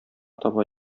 таба